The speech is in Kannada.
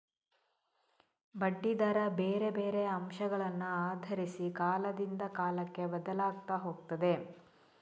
ಬಡ್ಡಿ ದರ ಬೇರೆ ಬೇರೆ ಅಂಶಗಳನ್ನ ಆಧರಿಸಿ ಕಾಲದಿಂದ ಕಾಲಕ್ಕೆ ಬದ್ಲಾಗ್ತಾ ಹೋಗ್ತದೆ